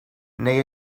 neu